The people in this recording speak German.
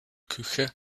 küche